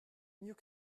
mieux